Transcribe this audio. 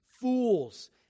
fools